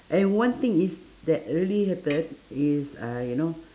and one thing is that really happened is I you know